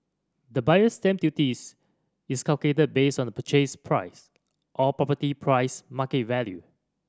The Buyer's Stamp Duties is calculated based on the purchase price or property price market value